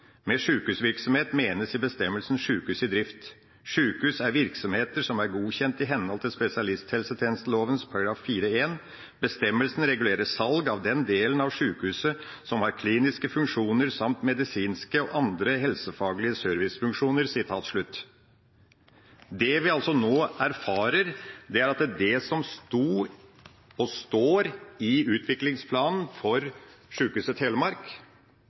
menes i bestemmelsen sykehus i drift. Sykehus er virksomheter som er godkjent i henhold til spesialisthelsetjenesteloven § 4-1. Bestemmelsen regulerer salg av den delen av sykehuset som har kliniske funksjoner samt medisinske og andre helsefaglige servicefunksjoner.» Det vi nå erfarer, er at det som står i utviklingsplanen for Sykehuset Telemark,